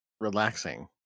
relaxing